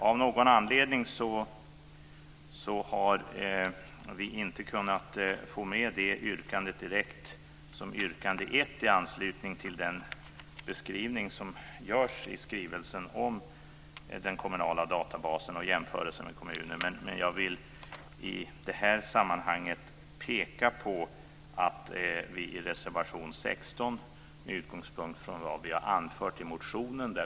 Av någon anledning har vi inte kunnat få med det yrkandet direkt i anslutning till den beskrivning som görs i skrivelsen om den kommunala databasen för jämförelse mellan kommuner. Men jag vill i det här sammanhanget peka på att vi har avgett en reservation, nr 16, med utgångspunkt från det som vi har anfört i vår motion.